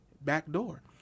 backdoor